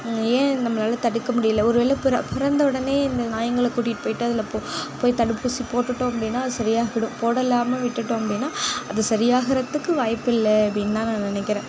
ஏன் இந்த மாரிலாம் தடுக்க முடியல ஒரு வேளை பிற பிறந்த உடனே இந்த நாயிங்களை கூட்டிட் போயிவிட்டு அதில் போ போய் தடுப்பூசி போட்டுவிட்டோம் அப்படின்னா அது சரியாகிவிடும் போட இல்லாம விட்டுவிட்டோம் அப்படின்னா அது சரி ஆகறத்துக்கு வாய்ப்பில்லை அப்படின் தான் நான் நினைக்கிறேன்